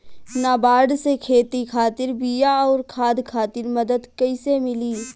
नाबार्ड से खेती खातिर बीया आउर खाद खातिर मदद कइसे मिली?